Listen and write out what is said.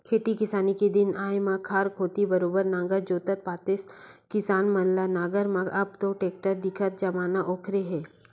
खेती किसानी के दिन आय म खार कोती बरोबर नांगर जोतत पातेस किसान मन ल नांगर म अब तो टेक्टर दिखथे जमाना ओखरे हे